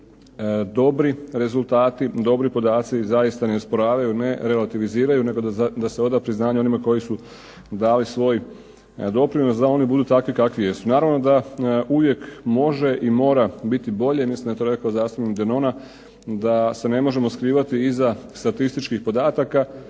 se dobri rezultati, dobri podaci zaista ne osporavaju, ne relativiziraju, nego da se oda priznanje onima koji su dali svoj doprinos, da oni budu takvi kakvi jesu. Naravno da uvijek može i mora biti bolje, mislim da je to rekao zastupnik Denona, da se ne možemo skrivati iza statističkih podataka,